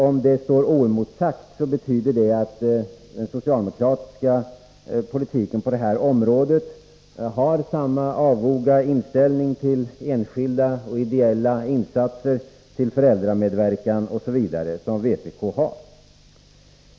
Om det står oemotsagt, betyder det att socialdemokraterna i sin politik på det här området har samma avoga inställning till enskilda och ideella insatser, till föräldramedverkan osv. som vpk har.